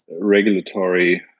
regulatory